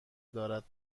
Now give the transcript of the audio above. دارد